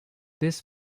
this